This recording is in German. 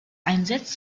einsetzt